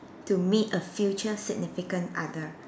to meet a future significant other